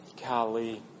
Golly